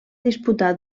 disputar